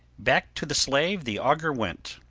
back to the slave the augur went